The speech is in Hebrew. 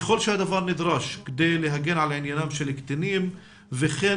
ככל שהדבר נדרש כדי להגן על עניינם של קטינים וכן